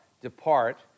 depart